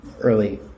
early